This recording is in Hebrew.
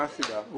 מה הסיבה?